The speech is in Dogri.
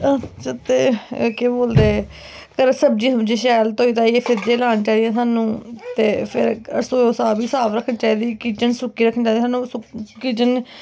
ते केह् बोलदे घरै च सब्जी सुब्जी शैल धोई धाइयै फ्रिज्जै च लानी चाहिदी सानू ते फिर रसोई रसाई शैल साफ रक्खनी चाहिदी किचन सुक्कै किचन